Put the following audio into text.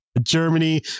Germany